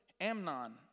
Amnon